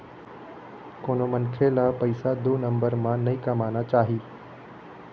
कोनो मनखे ल पइसा दू नंबर म नइ कमाना चाही